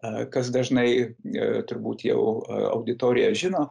a kas dažnai e turbūt jau auditorija žino